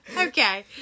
Okay